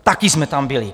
Taky jsme tam byli.